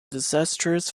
disastrous